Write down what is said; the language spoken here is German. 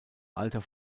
alter